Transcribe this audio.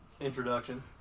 introduction